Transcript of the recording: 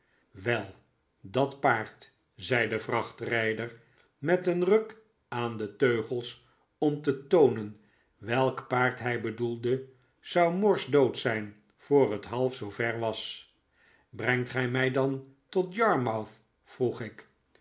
wel dat paard zei de vrachtrijder met een ruk aan de teugels om te toonen welk paard hij bedoelde zou morsdood zijn voor het half zoo ver was brengt ge mij dan maar tot yarmouth vroeg ik